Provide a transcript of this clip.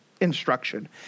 instruction